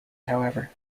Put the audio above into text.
however